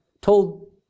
told